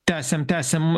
tęsiam tęsiam